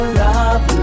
love